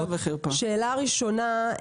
שאלה ראשונה,